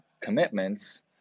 commitments